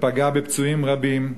ופגעה בפצועים רבים,